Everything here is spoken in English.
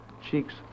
cheeks